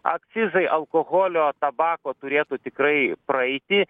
akcizai alkoholio tabako turėtų tikrai praeiti